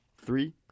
Three